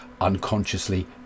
unconsciously